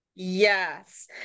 Yes